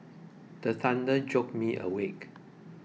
the thunder jolt me awake